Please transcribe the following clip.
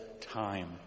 time